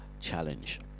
challenge